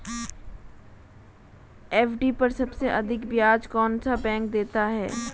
FD पर सबसे अधिक ब्याज कौन सा बैंक देता है?